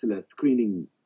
screening